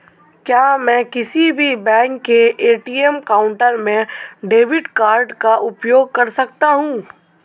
क्या मैं किसी भी बैंक के ए.टी.एम काउंटर में डेबिट कार्ड का उपयोग कर सकता हूं?